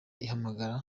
ahamagara